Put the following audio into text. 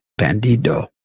Bandido